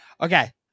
okay